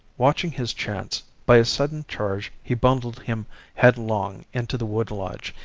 watching his chance, by a sudden charge he bundled him headlong into the wood-lodge,